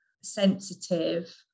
sensitive